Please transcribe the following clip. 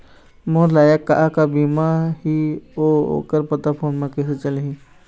मोर लायक का का बीमा ही ओ कर पता फ़ोन म कइसे चलही?